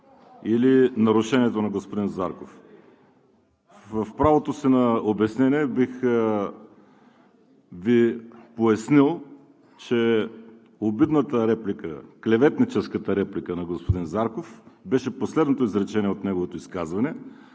или нарушението на господин Зарков. В правото си на обяснение бих Ви пояснил, че обидната реплика, клеветническата реплика на господин Зарков беше последното изречение от неговото изказване,